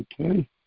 Okay